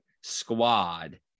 squad